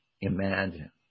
imagine